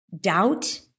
doubt